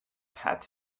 pat